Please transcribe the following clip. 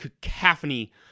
cacophony